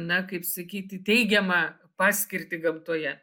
na kaip sakyti teigiamą paskirtį gamtoje